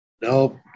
Nope